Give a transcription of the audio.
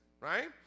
right